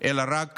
אלא רק